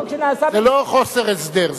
זה לא חוסר הסדר.